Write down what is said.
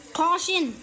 caution